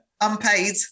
unpaid